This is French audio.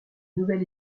nouvel